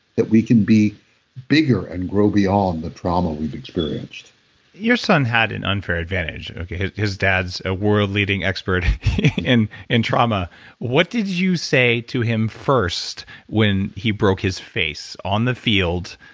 that we can be bigger and grow beyond the trauma we've experienced your son had an unfair advantage, his dad's a world-leading expert in in trauma what did you say to him first when he broke his face on the field,